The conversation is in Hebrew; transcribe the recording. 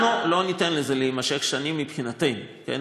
אנחנו לא ניתן לזה להימשך שנים, מבחינתנו.